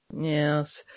yes